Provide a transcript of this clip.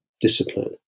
discipline